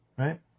Right